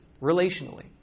Relationally